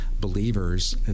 believers